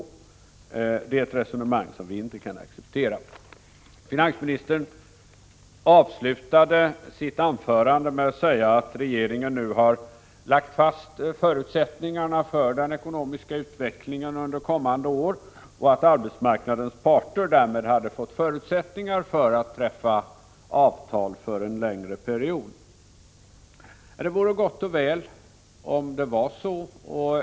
Det är ett resonemang som vi inte kan acceptera. Finansministern avslutade sitt anförande med att säga att regeringen nu har lagt fast förutsättningarna för den ekonomiska utvecklingen under kommande år och att arbetsmarknadens parter därmed fått förutsättningar för att träffa avtal för en längre period. Det skulle vara gott och väl om det vore så.